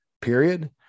period